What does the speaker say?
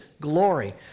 glory